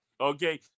okay